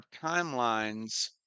timelines